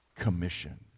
Commission